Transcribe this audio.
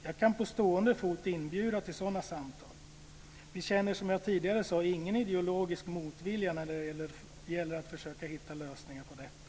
Jag kan på stående fot inbjuda till sådana samtal. Som jag tidigare sagt känner vi ingen ideologisk motvilja när det gäller att försöka hitta lösningar på detta.